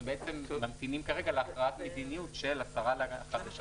אנחנו ממתינים כרגע להכרעת מדיניות של השרה החדשה